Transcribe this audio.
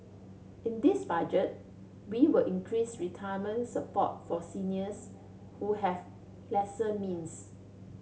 in this Budget we will increase retirement support for seniors who have lesser means